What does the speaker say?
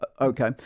Okay